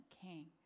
king